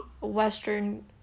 Western